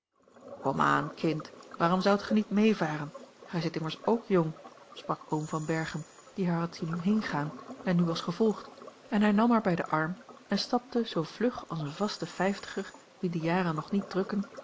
komaan kind waarom zoudt ge niet meevaren gij zijt immers ook jong sprak oom van berchem die haar had zien heengaan en nu was gevolgd en hij nam haar bij den arm en stapte zoo vlug als een vasten vijftiger wien de jaren nog niet drukken